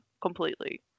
Completely